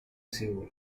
seul